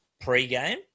pre-game